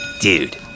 Dude